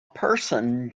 person